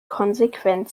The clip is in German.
konsequent